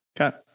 Okay